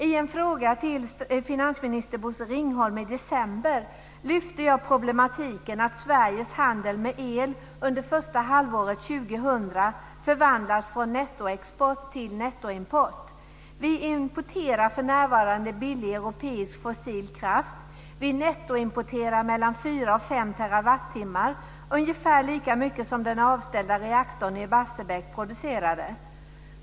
I en fråga till finansminister Bosse Ringholm i december lyfte jag fram problematiken att Sveriges handel med el under första halvåret 2000 förvandlats från nettoexport till nettoimport. Vi importerar för närvarande billig europeisk fossil kraft. Vi nettoimporterar mellan 4 och 5 TWh, ungefär lika mycket som den avställda reaktorn i Barsebäck producerade.